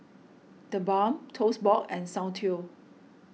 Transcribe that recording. the Balm Toast Box and Soundteoh